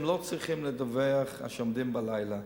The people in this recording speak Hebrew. הם לא צריכים לדווח שהם עובדים בלילה.